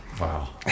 Wow